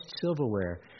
silverware